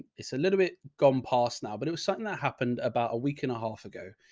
it's a little bit gone past now, but it was something that happened about a week and a half ago.